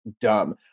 dumb